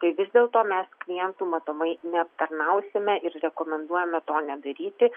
tai vis dėlto mes klientų matomai neaptarnausime ir rekomenduojame to nedaryti